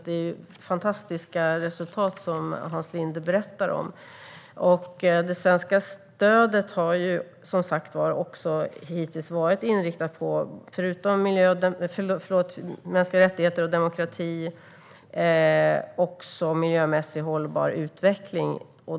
De resultat som Hans Linde berättar om är därför fantastiska. Förutom mänskliga rättigheter och demokrati har som sagt var det svenska stödet hittills varit inriktat på miljömässigt hållbar utveckling.